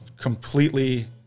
completely